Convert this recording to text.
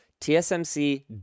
TSMC